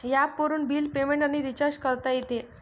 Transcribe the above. ॲपवरून bill payment आणि recharge करता येते